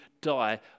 die